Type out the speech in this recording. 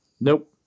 Nope